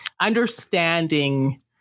understanding